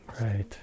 Right